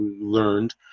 learned